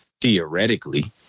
theoretically